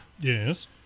yes